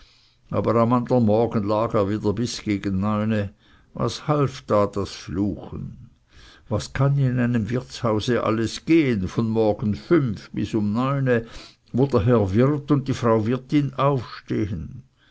aber am andern morgen lag er wieder bis gegen neune was half da das fluchen was kann in einem wirtshause alles gehen von morgens fünf bis um neune wo der herr wirt und die frau wirtin aufstehen